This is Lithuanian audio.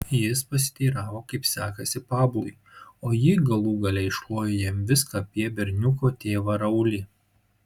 jis pasiteiravo kaip sekasi pablui o ji galų gale išklojo jam viską apie berniuko tėvą raulį